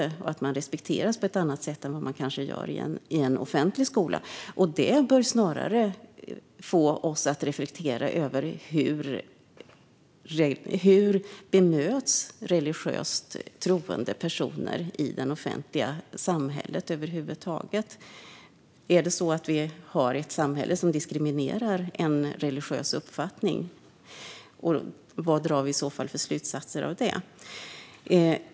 Man upplever att man respekteras på ett annat sätt än man kanske gör i en offentlig skola. Det bör få oss att reflektera över hur religiöst troende personer över huvud taget bemöts i det offentliga samhället. Är det så att vi har ett samhälle som diskriminerar människor med religiös uppfattning, och vad drar vi i så fall för slutsatser av det?